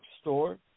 store